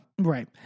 Right